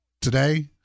today